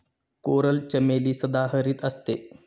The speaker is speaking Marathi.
कोरल चमेली सदाहरित असते